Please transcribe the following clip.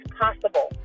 possible